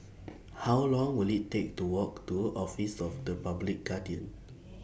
How Long Will IT Take to Walk to Office of The Public Guardian